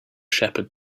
shepherd